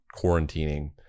quarantining